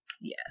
Yes